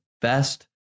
best